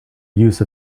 use